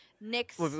Nick's